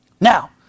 Now